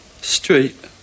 Street